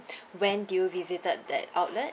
when did you visited that outlet